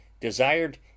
desired